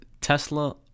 Tesla